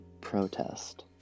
protest